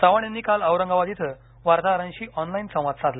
चव्हाण यांनी काल औरंगाबाद इथं वार्ताहरांशी ऑनलाईन संवाद साधला